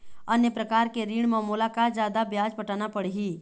अन्य प्रकार के ऋण म मोला का जादा ब्याज पटाना पड़ही?